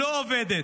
לא עובד.